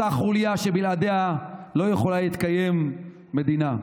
אותה חוליה שבלעדיה לא יכולה להתקיים מדינה,